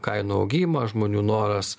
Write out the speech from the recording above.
kainų augimą žmonių noras